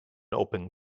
open